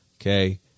okay